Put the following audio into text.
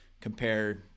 compare